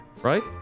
right